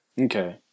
Okay